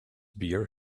beer